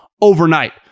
overnight